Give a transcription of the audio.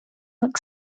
look